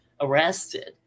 Arrested